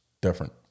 Different